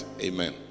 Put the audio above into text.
Amen